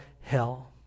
hell